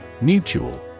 Mutual